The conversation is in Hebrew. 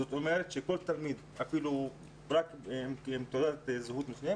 זאת אומרת שכל תלמיד עם תעודת זהות יכול